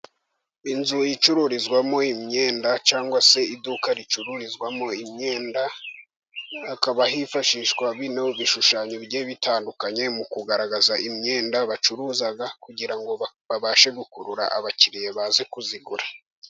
Inzu icurizwamo imyenda, cyangwa se iduka ricururizwamo imyenda, hakaba hifashishwa bino bishushanyo bigiye bitandukanye mu kugaragaza imyenda bacuruza, kugira ngo babashe gukurura abakiriya baze kuyigura.